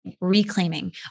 reclaiming